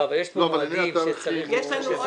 לא, יש עניינים שצריך...